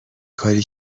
کاری